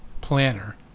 planner